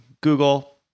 Google